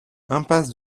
impasse